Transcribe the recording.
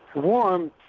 warm,